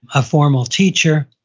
a formal teacher,